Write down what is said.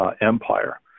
empire